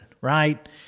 Right